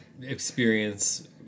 experience